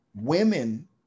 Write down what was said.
women